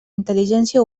intel·ligència